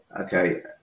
okay